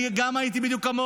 גם אני הייתי בדיוק כמוהו.